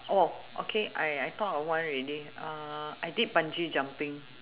okay I I thought of one already I did bungee jumping